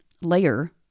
layer